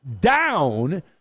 down